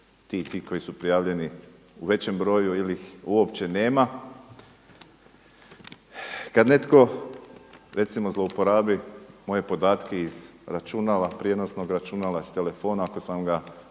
ti koji su prijavljeni u većem broju ili ih uopće nema. Kad netko recimo zlouporabi moje podatke iz računala prijenosnog računala, telefona ako sam ga dostavio na